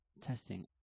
Testing